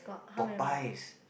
Popeye's